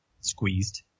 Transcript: squeezed